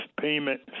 payment